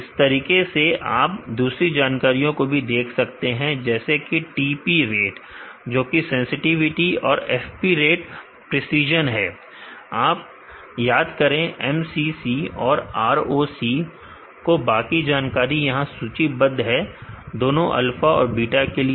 इसी तरीके से आप दूसरी जानकारियां भी देख सकते हैं जैसे कि TP रेट जोकि सेंसटिविटी और FP रेट प्रेसीजन है आप याद करें MCC और ROC को बाकी जानकारी यहां सूचीबद्ध है दोनों अल्फा और बीटा के लिए